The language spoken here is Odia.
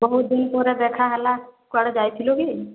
ତ ବହୁତ ଦିନ ପରେ ଦେଖା ହେଲା କୁଆଡ଼େ ଯାଇଥିଲୁ କି